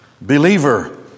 believer